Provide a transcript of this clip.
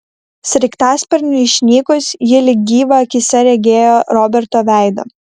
sraigtasparniui išnykus ji lyg gyvą akyse regėjo roberto veidą